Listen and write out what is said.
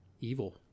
evil